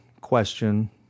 question